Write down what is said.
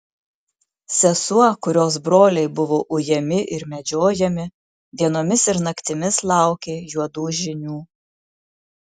sesuo kurios broliai buvo ujami ir medžiojami dienomis ir naktimis laukė juodų žinių